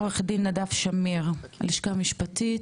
עורך דין נדב שמיר, הלשכה משפטית,